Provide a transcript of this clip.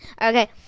okay